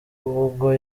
ubwo